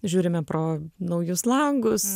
žiūrime pro naujus langus